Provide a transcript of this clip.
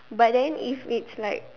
but then if it's like